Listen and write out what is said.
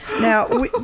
Now